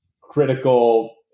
critical